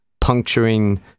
puncturing